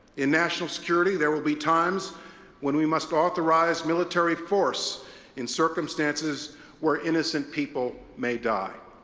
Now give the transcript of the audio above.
in national security, there will be times when we must authorize military force in circumstances where innocent people may die.